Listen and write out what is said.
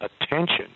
attention